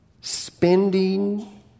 spending